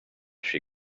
she